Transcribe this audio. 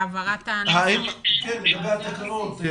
האם ראיתם את התקנות?